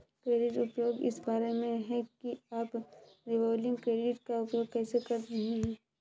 credit उपयोग इस बारे में है कि आप रिवॉल्विंग क्रेडिट का उपयोग कैसे कर रहे हैं